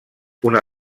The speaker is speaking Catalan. una